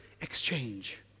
exchange